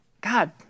God